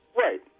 Right